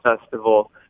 festival